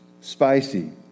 spicy